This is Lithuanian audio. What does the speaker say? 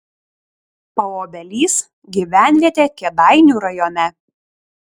paobelys gyvenvietė kėdainių rajone